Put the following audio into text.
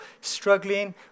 struggling